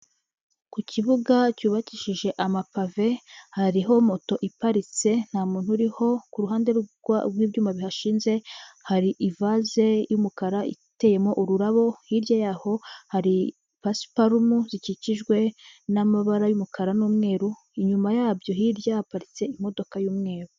Ku kibuga cyubakishije amapave, hariho moto iparitse nta muntu uriho, ku ruhande rw'ibyuma bihashinze hari ivase y'umukara iteyemo ururabo, hirya yaho hari pasiparumu zikikijwe n'amabara y'umukara n'umweru, inyuma yabyo hirya haparitse imodoka y'umweru.